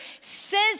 says